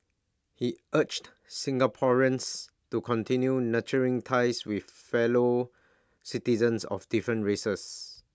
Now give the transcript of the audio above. he urged Singaporeans to continue nurturing ties with fellow citizens of different races